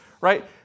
Right